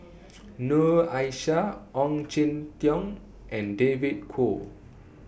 Noor Aishah Ong Jin Teong and David Kwo